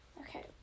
Okay